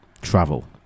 travel